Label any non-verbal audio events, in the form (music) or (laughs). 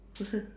(laughs)